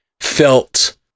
felt